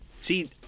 See